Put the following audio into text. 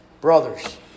Brothers